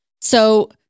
So-